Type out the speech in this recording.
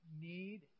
need